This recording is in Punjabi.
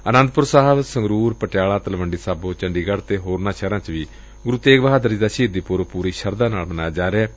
ਆਨੰਦਪੁਰ ਸਾਹਿਬ ਸੰਗਰੂਰ ਪਟਿਆਲਾ ਤਲਵੰਡੀ ਸਾਬੋ ਚੰਡੀਗੜ੍ਰ ਅਤੇ ਹੋਰਨਾਂ ਸ਼ਹਿਰਾਂ ਚ ਵੀ ਗੁਰੂ ਤੇਗ ਬਹਾਦਰ ਜੀ ਦਾ ਸ਼ਹੀਦੀ ਪੁਰਬ ਪੂਰੀ ਸ਼ਰਧਾ ਨਾਲ ਮਨਾਇਆ ਜਾ ਰਿਹੈ